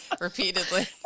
repeatedly